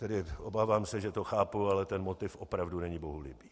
Tedy obávám se, že to chápu, ale ten motiv opravdu není bohulibý.